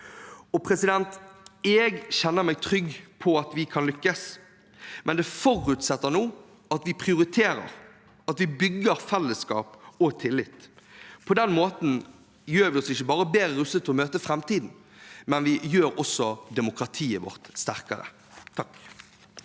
som kommer. Jeg kjenner meg trygg på at vi kan lykkes, men det forutsetter nå at vi prioriterer, at vi bygger fellesskap og tillit. På den måten gjør vi oss ikke bare bedre rustet til å møte framtiden, men vi gjør også demokratiet vårt sterkere. Per